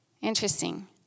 Interesting